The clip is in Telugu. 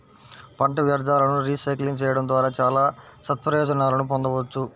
పంట వ్యర్థాలను రీసైక్లింగ్ చేయడం ద్వారా చాలా సత్ప్రయోజనాలను పొందవచ్చు